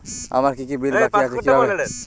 আমার কি কি বিল বাকী আছে কিভাবে দেখবো?